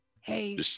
Hey